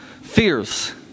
Fears